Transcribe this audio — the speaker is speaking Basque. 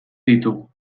ditugu